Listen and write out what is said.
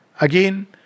Again